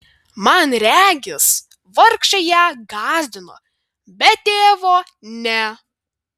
man regis vargšai ją gąsdino bet tėvo ne